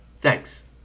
thanks